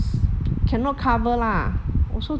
cannot cover lah 我说